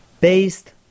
based